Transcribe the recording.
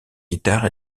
guitare